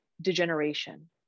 degeneration